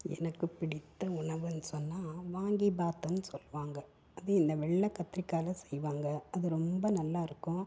எனக்கு பிடித்த உணவுன்னு சொன்னால் வாங்கிபாத்துன்னு சொல்வாங்க அது இந்த வெள்ளை கத்திரிக்காய்ல செய்வாங்க அது ரொம்ப நல்லாயிருக்கும்